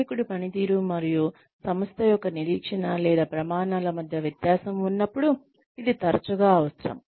కార్మికుడి పనితీరు మరియు సంస్థ యొక్క నిరీక్షణ లేదా ప్రమాణాల మధ్య వ్యత్యాసం ఉన్నప్పుడు ఇది తరచుగా అవసరం